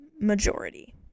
Majority